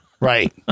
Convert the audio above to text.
Right